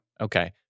Okay